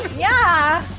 yeah